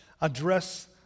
address